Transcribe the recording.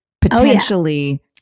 potentially